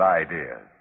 ideas